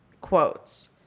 quotes